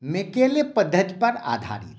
Macaulay पद्धतिपर आधारित अछि